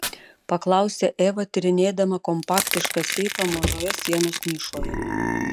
paklausė eva tyrinėdama kompaktišką seifą mažoje sienos nišoje